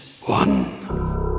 one